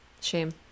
Shame